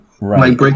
Right